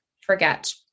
forget